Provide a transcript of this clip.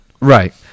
Right